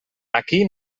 aquí